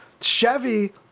Chevy